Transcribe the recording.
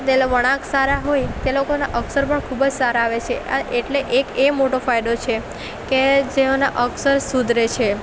જેના વળાંક સારા હોય તે લોકોનાં અક્ષર પણ ખૂબ જ સારા આવે છે અને એ એટલે એ એક મોટો ફાયદો છે કે જેઓનાં અક્ષર સુધરે છે